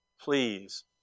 please